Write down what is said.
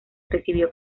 recibió